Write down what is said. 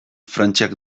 frantziak